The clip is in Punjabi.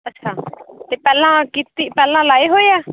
ਅੱਛਾ ਅਤੇ ਪਹਿਲਾਂ ਕੀਤੀ ਪਹਿਲਾਂ ਲਾਏ ਹੋਏ ਆ